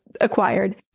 acquired